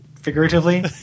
figuratively